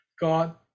God